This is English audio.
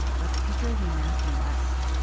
but the future of the american west,